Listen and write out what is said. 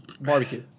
barbecue